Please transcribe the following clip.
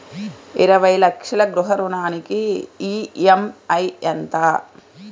ఇరవై లక్షల గృహ రుణానికి ఈ.ఎం.ఐ ఎంత?